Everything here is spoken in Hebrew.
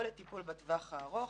או לטיפול בטווח הארוך.